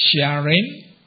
sharing